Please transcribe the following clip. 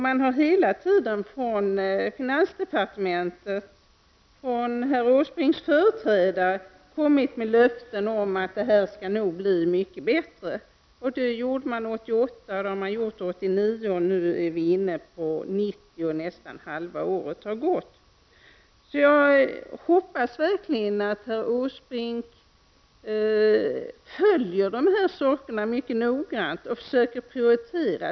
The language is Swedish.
Man har hela tiden från finansdepartementet — jag tänker då på herr Åsbrinks företrädare — kommit med löften om att det här nog skall bli mycket bättre. Det gjorde man 1988, det har man gjort 1989, och nu är vi inne på 1990 och nästan halva året har gått. Jag hoppas verkligen att herr Åsbrink följer de här sakerna mycket noggrant och försöker prioritera.